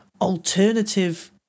alternative